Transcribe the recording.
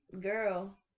girl